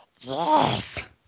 Yes